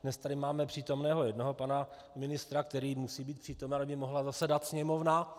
Dnes tady máme přítomného jednoho pana ministra, který musí být přítomen, aby mohla zasedat Sněmovna.